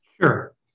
Sure